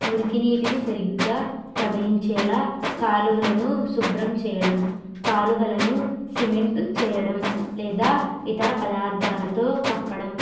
మురికి నీటిని సరిగ్గా ప్రవహించేలా కాలువలను శుభ్రం చేయడం కాలువలను సిమెంట్ చేయడం లేదా ఇతర పదార్థాలతో కప్పడం